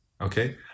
Okay